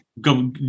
go